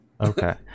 okay